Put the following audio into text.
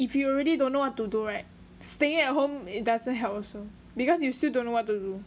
if you already don't know what to do right staying at home it doesn't help also because you still don't know what to do